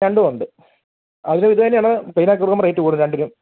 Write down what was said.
ഞണ്ടും ഉണ്ട് അത് ഇത് തന്നെയാണ് ക്ലീൻ ആക്കി കൊടുക്കുമ്പോൾ റേറ്റ് കൂടും രണ്ടിനും